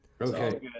okay